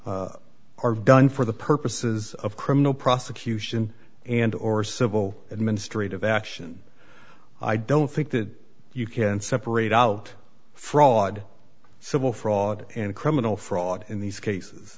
you are done for the purposes of criminal prosecution and or civil administrative action i don't think that you can separate out fraud civil fraud and criminal fraud in these cases